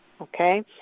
okay